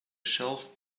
shelf